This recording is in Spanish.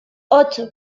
ocho